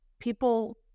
People